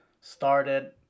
started